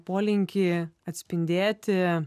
polinkį atspindėti